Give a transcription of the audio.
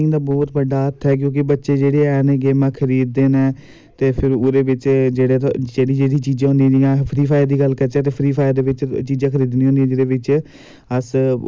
game गूंम होन हर ग्रांऽ च खेल्ले जाए फुट्ट बॉल बॉल्ली बॉल बैट बॉल जेह्ड़ा बी गौरमैंट फंड दिंदी ऐ ओह् सारें बच्चें गी मिलनी चाहिदी ओह् सारे ग्रांऽ च साढ़े च